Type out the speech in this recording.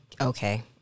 okay